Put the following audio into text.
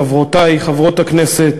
חברותי חברות הכנסת,